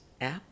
app